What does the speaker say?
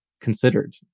considered